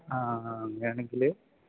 ആ ആ അങ്ങനെയാണെങ്കിൽ